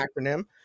acronym